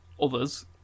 others